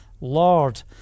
Lord